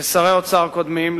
ושרי אוצר קודמים,